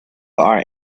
our